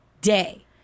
day